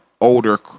older